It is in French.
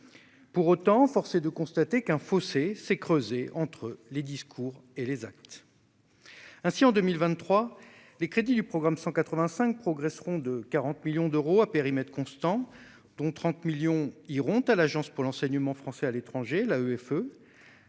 Pour autant, force est de constater que le fossé s'est creusé entre les discours et les actes. Ainsi, en 2023, les crédits du programme 185 progresseront de 40 millions d'euros à périmètre constant, dont 30 millions iront à l'AEFE. Ce qui nous est présenté comme une hausse